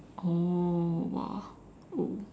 oh !wah! oh